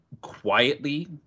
quietly